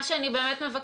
מה שאני מבקשת,